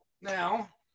now